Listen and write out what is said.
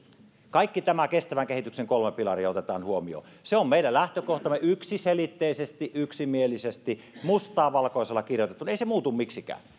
kaikki nämä kestävän kehityksen kolme pilaria otetaan huomioon se on meidän lähtökohtamme yksiselitteisesti yksimielisesti mustaa valkoiselle kirjoitettu ei se muutu miksikään